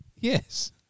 Yes